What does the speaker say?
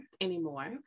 anymore